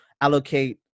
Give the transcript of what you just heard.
allocate